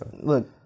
Look